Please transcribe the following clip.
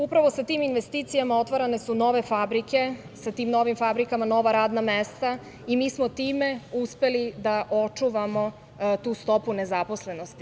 Upravo sa tim investicijama otvarane su nove fabrike, sa tim novim fabrikama nova radna mesta i mi smo time uspeli da očuvamo tu stopu nezaposlenosti.